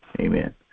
Amen